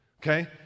okay